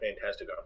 fantastic